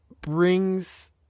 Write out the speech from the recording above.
brings